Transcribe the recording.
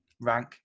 rank